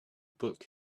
book